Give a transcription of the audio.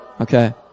Okay